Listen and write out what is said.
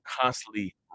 constantly